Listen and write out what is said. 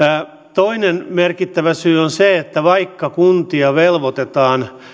toinen merkittävä syy on se että vaikka kuntia velvoitetaan